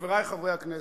חברי חברי הכנסת,